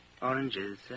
Oranges